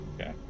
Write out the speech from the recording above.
Okay